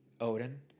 Odin